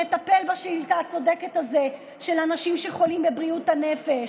נטפל בשאילתה הצודקת הזאת של אנשים שחולים בבריאות הנפש,